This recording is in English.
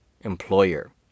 employer